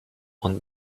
und